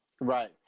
Right